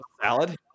salad